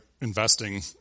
investing